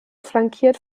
flankiert